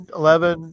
eleven